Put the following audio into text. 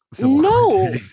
No